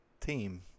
team